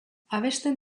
abesten